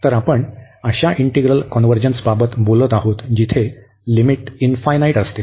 तर आपण अशा इंटीग्रल कॉन्व्हर्जन्सबाबत बोलत आहोत जिथे लिमिट इनफायनाईट असते